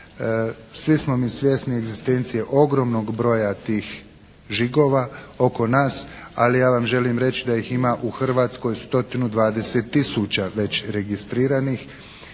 Svi smo mi svjesni egzistencije ogromnog broja tih žigova oko nas, ali ja vam želim reći da ih ima u Hrvatskoj 120 tisuća već registriranih